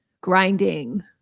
grinding